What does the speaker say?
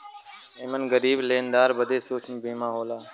एमन गरीब लेनदार बदे सूक्ष्म बीमा होला